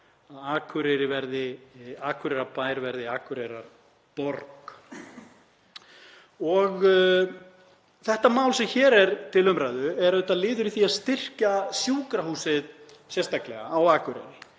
Akureyrarbær verði Akureyrarborg. Þetta mál sem hér er til umræðu er auðvitað liður í því að styrkja Sjúkrahúsið á Akureyri